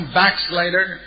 backslider